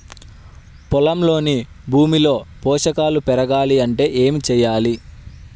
పొలంలోని భూమిలో పోషకాలు పెరగాలి అంటే ఏం చేయాలి?